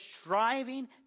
striving